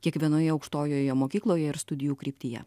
kiekvienoje aukštojoje mokykloje ir studijų kryptyje